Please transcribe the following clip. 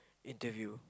interview